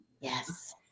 Yes